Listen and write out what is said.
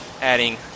adding